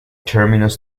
terminus